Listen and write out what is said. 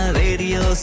radio